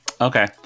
Okay